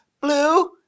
blue